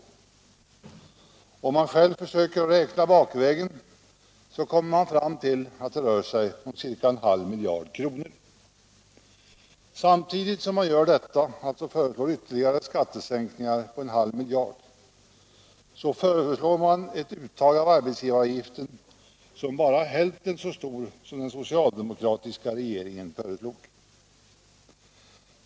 Försöker man själv räkna bakvägen, kommer man fram till att det rör sig om ca en halv miljard kronor. Samtidigt som man föreslår ytterligare skattesänkningar på en halv miljard föreslås ett uttag av arbetsgivaravgifter som är bara hälften så stort som det den socialdemokratiska regeringen föreslog.